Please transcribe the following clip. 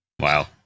Wow